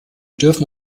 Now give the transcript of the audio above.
dürfen